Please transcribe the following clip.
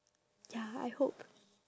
ya I hope